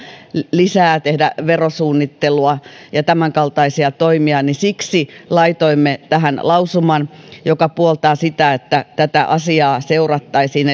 tehdä verosuunnittelua ja tämänkaltaisia toimia siksi laitoimme tähän lausuman joka puoltaa sitä että tätä asiaa seurattaisiin